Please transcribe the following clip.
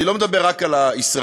אני לא מדבר רק על הישראלים,